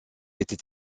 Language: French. était